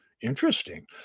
Interesting